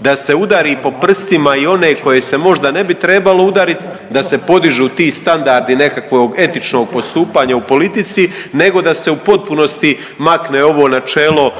da se udari po prstima i one koje se možda ne bi trebalo udariti da se podižu ti standardi nekakvog etičnog postupanja u politici nego da se u potpunosti makne ovo načelo